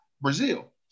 Brazil